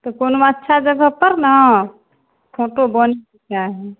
तऽ कोनो अच्छा जगह पर ने फोटो बनेके चाही